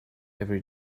every